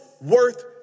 worth